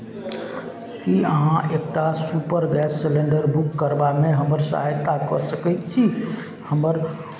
की अहाँ एक टा सुपर गैस सिलिण्डर बुक करबामे हमर सहायता कऽ सकैत छी हमर